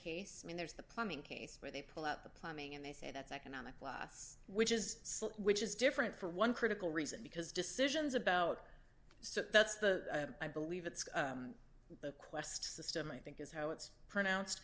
case i mean there's the plumbing case where they pull out the plumbing and they say that's economic class which is which is different for one critical reason because decisions about so that's the i believe it's the quest system i think is how it's pronounced